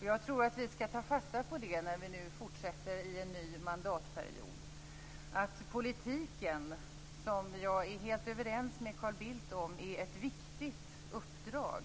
Jag tror att vi skall ta fasta på detta när vi nu fortsätter i en ny mandatperiod, att politiken - som jag är helt överens med Carl Bildt om - är ett viktigt uppdrag.